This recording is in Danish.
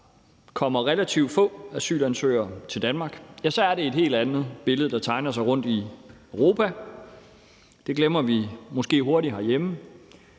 der kommer relativt få asylansøgere til Danmark, er det et helt andet billede, der tegner sig rundt i Europa. Det glemmer vi måske hurtigt herhjemme,